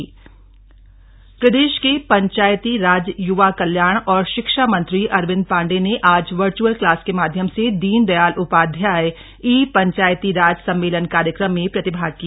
पंचायती राज सम्मेलन प्रदेश के पंचायती राज य्वा कल्याण और शिक्षा मंत्री अरविन्द पाण्डेय ने आज वर्च्अल क्लास के माध्यम से दीन दयाल उपाध्याय ई पंचायती राज सम्मेलन कार्यक्रम में प्रतिभाग किया